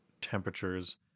temperatures